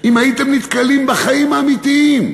אם הייתם נתקלים בחיים האמיתיים?